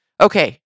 Okay